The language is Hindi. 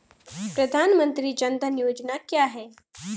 प्रधानमंत्री जन धन योजना क्या है?